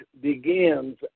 begins